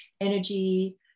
energy